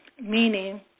meaning